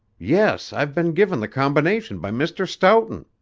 yes i've been given the combination by mr. stoughton.